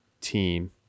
team